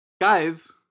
Guys